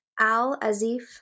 Al-Azif